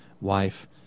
wife